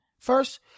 First